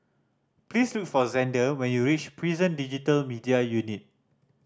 please look for Xander when you reach Prison Digital Media Unit